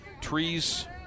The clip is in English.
Trees